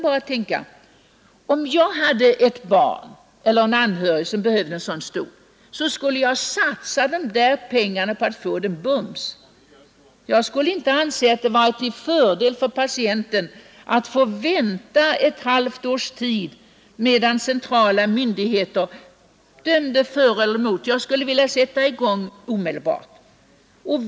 Om jag hade en anhörig som behövde en sådan stol skulle jag satsa de pengarna för att få den bums. Jag skulle inte anse det vara till fördel för patienten att vänta ett halvår medan centrala myndigheter övervägde frågan och dömde för eller emot.